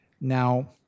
Now